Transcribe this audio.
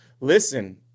listen